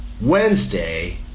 Wednesday